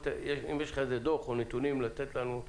אם יש לך איזה דוח או נתונים לתת לנו.